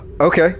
Okay